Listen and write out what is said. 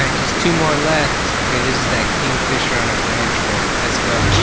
um just two more left. okay, this is that kingfisher on a branch one. let's go.